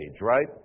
right